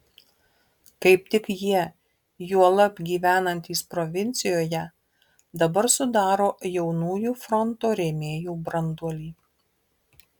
kaip tik jie juolab gyvenantys provincijoje dabar sudaro jaunųjų fronto rėmėjų branduolį